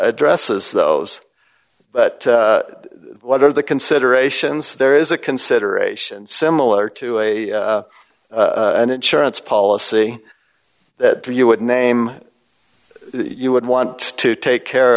addresses those but what are the considerations there is a consideration similar to a an insurance policy that you would name you would want to take care